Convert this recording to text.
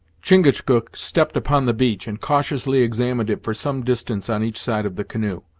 chingachgook stepped upon the beach, and cautiously examined it for some distance on each side of the canoe.